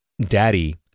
daddy